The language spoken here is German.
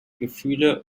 gefühle